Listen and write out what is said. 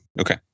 Okay